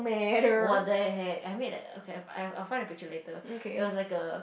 what the heck I made that okay but I'll find the picture later it was like a